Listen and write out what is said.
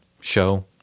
show